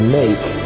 make